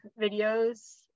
videos